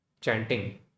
chanting